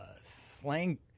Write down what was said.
slang